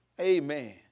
Amen